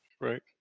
right